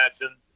imagine